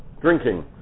drinking